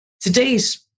Today's